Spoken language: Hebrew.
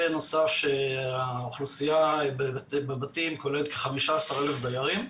האוכלוסייה בבתים כוללת כ-15,000 דיירים,